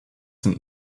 sind